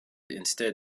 instead